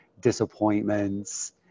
disappointments